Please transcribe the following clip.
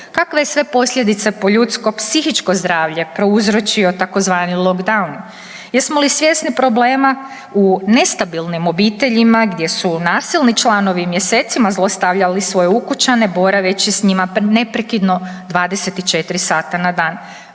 Kakve je sve posljedice po ljudsko psihičko zdravlje prouzročio tzv. lockdown? Jesmo li svjesni problema u nestabilnim obiteljima gdje su nasilni članovi mjesecima zlostavljali svoje ukućane boraveći s njima neprekidno 24 sata na dan